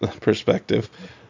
Perspective